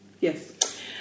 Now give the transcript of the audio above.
Yes